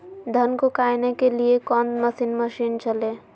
धन को कायने के लिए कौन मसीन मशीन चले?